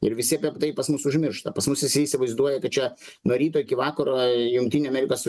ir visi tai pas mus užmiršta pas mus visi įsivaizduoja kad čia nuo ryto iki vakaro jungtinių amerikos